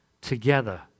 together